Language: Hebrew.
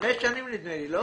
חמש שנים, נדמה לי, לא?